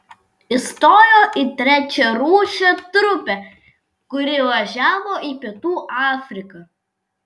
įstojo į trečiarūšę trupę kuri važiavo į pietų afriką